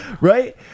Right